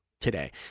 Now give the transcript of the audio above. today